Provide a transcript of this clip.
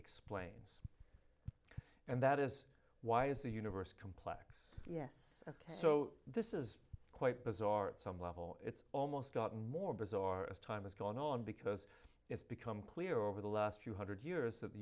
explains and that is why is the universe complex yes ok so this is quite bizarre some level it's almost gotten more bizarre as time has gone on because it's become clear over the last few hundred years that the